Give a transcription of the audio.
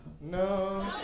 No